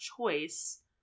choice